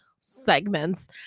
segments